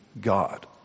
God